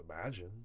imagine